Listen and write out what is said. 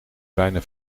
bijna